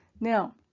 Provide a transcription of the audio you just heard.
now